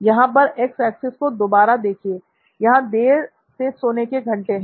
यहां पर x axis को दोबारा देखिए यहां देर से सोने के घंटे हैं